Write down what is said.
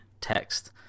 text